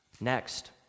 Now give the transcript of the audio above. Next